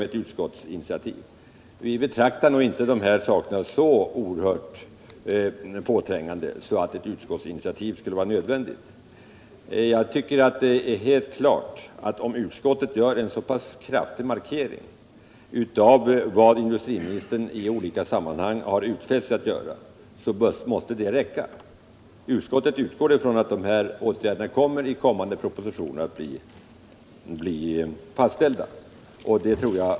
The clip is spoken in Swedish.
Vi betraktar nog inte dess saker som så oerhört påträngande att ett utskottsinitiativ vore nödvändigt. Jag tycker att det är helt klart att om utskottet gör en så pass kraftig markering av vad industriministern i olika sammanhang har utfäst sig att göra måste det räcka. Utskottet utgår från att dessa åtgärder kommer att bli fastställda i en kommande proposition.